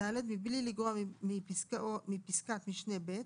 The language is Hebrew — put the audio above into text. (ד)בלי לגרוע מפסקת משנה (ב),